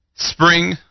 Spring